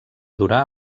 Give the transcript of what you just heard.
durar